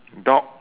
dog